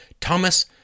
Thomas